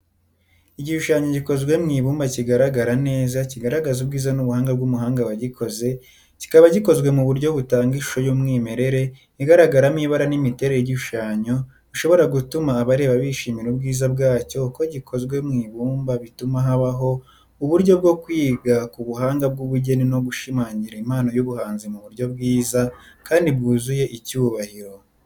Igishushanyo gikozwe mu ibumba kigaragara neza, kigaragaza ubwiza n’ubuhanga bw’umuhanga wagikoze kiba gikozwe mu buryo butanga ishusho y’umwimerere, igaragaramo ibara n’imiterere y'igishushanyo bishobora gatuma abareba bishimira ubwiza bwacyo uko gikozwe mu ibumba bituma habaho uburyo bwo kwiga ku buhanga bw’ubugeni no gushimangira impano y’umuhanzi mu buryo bwiza kandi bwuzuye icyubahiro.